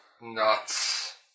nuts